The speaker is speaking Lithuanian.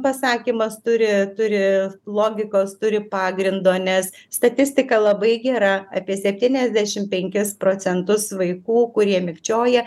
pasakymas turi turi logikos turi pagrindo nes statistika labai gera apie septyniasdešim penkis procentus vaikų kurie mikčioja